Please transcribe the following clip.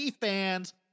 fans